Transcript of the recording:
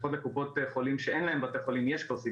לפחות לקופות חולים שאין להן בתי חולים יש קושי